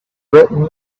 written